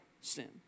sin